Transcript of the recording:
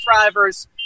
drivers